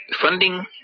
funding